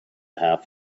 half